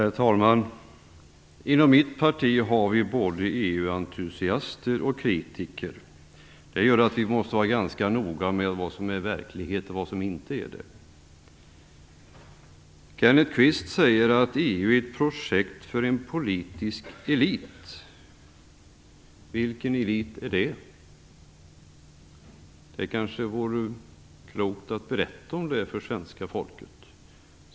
Herr talman! Inom mitt parti har vi både EU entusiaster och EU-kritiker. Det gör att vi måste vara ganska noga med vad som är verklighet och vad som inte är det. Kenneth Kvist säger att EU är ett projekt för en politisk elit. Vilken elit är det? Det vore kanske klokt att berätta det för svenska folket.